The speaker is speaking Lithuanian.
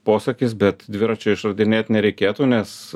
posakis bet dviračio išradinėt nereikėtų nes